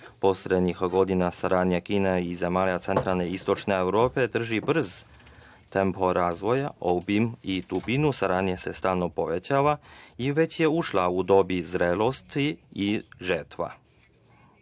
Poslednjih godina saradnja Kine i zemalja centralne i istočne Evrope drži brz tempo razvoja, obim i dubina saradnje se stalno povećava i već je ušla u doba zrelosti. Kineska